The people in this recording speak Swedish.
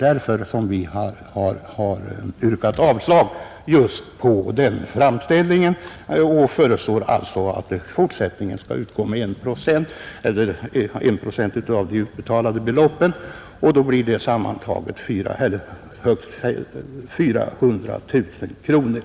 Därför har vi yrkat avslag på den framställningen och föreslår att bidraget i fortsättningen skall utgå med 1 procent av de utbetalade beloppen, vilket sammantaget blir högst 400 000 kronor.